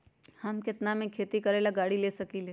हम केतना में खेती करेला गाड़ी ले सकींले?